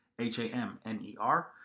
H-A-M-N-E-R